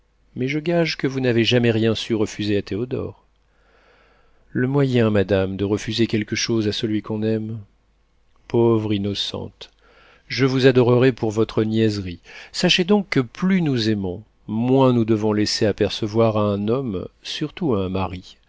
mais je gage que vous n'avez jamais rien su refuser à théodore le moyen madame de refuser quelque chose à celui qu'on aime pauvre innocente je vous adorerais pour votre niaiserie sachez donc que plus nous aimons moins nous devons laisser apercevoir à un homme surtout à un mari